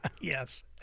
Yes